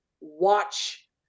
watch